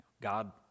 God